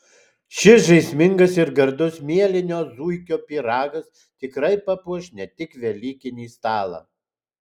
šis žaismingas ir gardus mielinio zuikio pyragas tikrai papuoš ne tik velykinį stalą